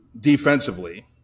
defensively